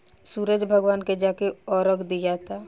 सूरज भगवान के जाके अरग दियाता